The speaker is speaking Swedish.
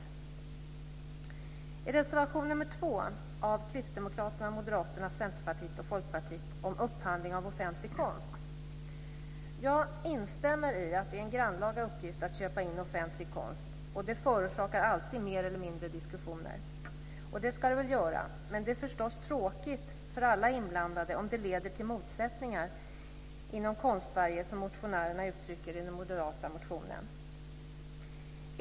Så till reservation 2 av Kristdemokraterna, Moderaterna, Centerpartiet och Folkpartiet om upphandling av offentlig konst. Jag instämmer i att det är en grannlaga uppgift att köpa in offentlig konst. Det förorsakar alltid mer eller mindre diskussioner, och det ska det väl göra. Men det är förstås tråkigt för alla inblandade om det leder till motsättningar inom Konstsverige, som motionärerna uttrycker det i den moderata motionen.